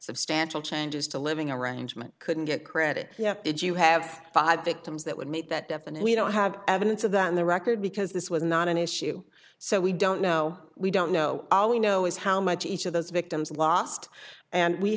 substantial changes to living arrangement couldn't get credit did you have five victims that would make that definite we don't have evidence of that in the record because this was not an issue so we don't know we don't know all we know is how much each of those victims lost and we